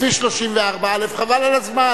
סוציאלי ויבטיחו ביטחון סוציאלי לנשים,